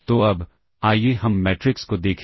तो अब आइए हम मैट्रिक्स को देखें